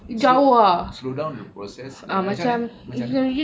slo~ slow down the process macam macam mana